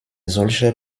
solcher